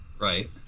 Right